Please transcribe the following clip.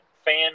fan